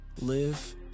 live